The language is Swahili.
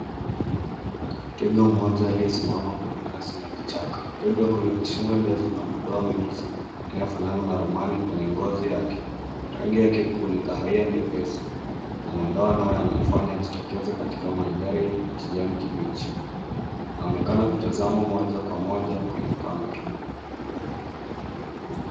Twiga mmoja aliyesimama kwenye nyasi na vichaka. Twiga huyu ana shingo ndefu na madoa meusi yanayofanana na ramani kwenye ngozi yake. Rangi yake kuu ni kahawia nyepesi na madoa nayo yanamfanya ajitokeze katika mandhari ya kijani kibichi. Anaonekana kutazama moja kwa moja kwenye kamera.